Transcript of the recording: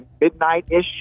midnight-ish